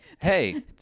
Hey